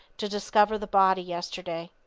to discover the body yesterday.